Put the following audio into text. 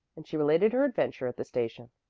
and she related her adventure at the station.